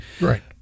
right